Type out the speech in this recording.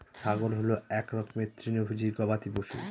ছাগল হল এক রকমের তৃণভোজী গবাদি পশু